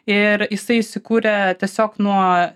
ir jisai įsikūrė tiesiog nuo